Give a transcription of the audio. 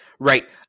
Right